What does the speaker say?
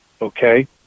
Okay